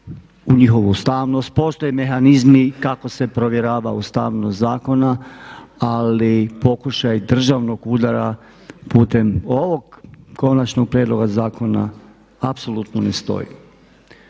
u njihovu ustavnost, postoje mehanizmi kako se provjerava ustavnost zakona ali pokušaj državnog udara putem ovog konačnog prijedloga zakona apsolutno ne stoji.